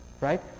Right